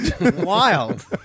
Wild